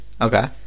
okay